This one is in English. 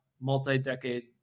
multi-decade